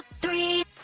three